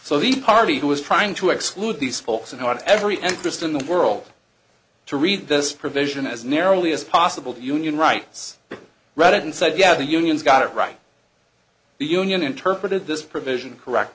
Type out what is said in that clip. so the party who is trying to exclude these folks in every and just in the world to read this provision as nearly as possible union rights read it and said yeah the unions got it right the union interpreted this provision correct